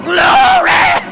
Glory